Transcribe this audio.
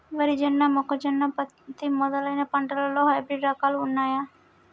వరి జొన్న మొక్కజొన్న పత్తి మొదలైన పంటలలో హైబ్రిడ్ రకాలు ఉన్నయా?